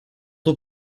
aux